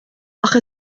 آخه